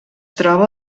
troba